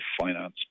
finance